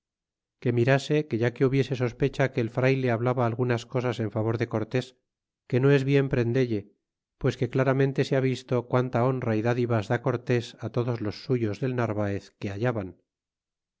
que mirase que ya que hubiese sospecha que el frayle hablaba algunas cosas en favor de cortés que no es bien prendelle pues que claramente se ha visto quanta honra é dádivas da cortés todos los suyos del narvaez que hallaban